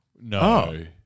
No